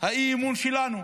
האי-אמון שלנו.